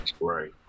Right